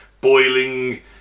boiling